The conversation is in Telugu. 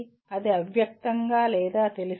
అది అవ్యక్తంగా లేదా తెలిసినది